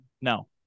No